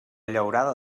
llaurada